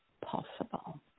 possible